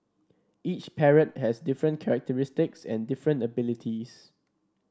each parrot has different characteristics and different abilities